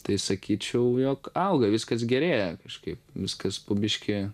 tai sakyčiau jog auga viskas gerėja kažkaip viskas po biškį